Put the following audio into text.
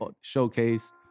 showcase